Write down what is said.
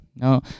no